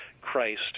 christ